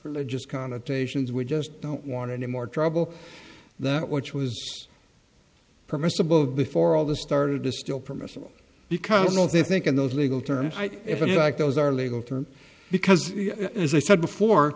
religious connotations we just don't want any more trouble that which was permissible before all this started to still permissible because they think in those legal turn it back those are legal terms because as i said before